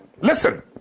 listen